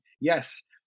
yes